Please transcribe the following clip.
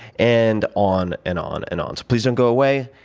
and on and on and on. so please don't go away,